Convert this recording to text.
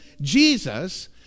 Jesus